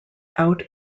out